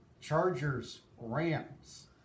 Chargers-Rams